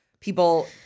People